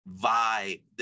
vibe